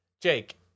jake